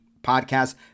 Podcast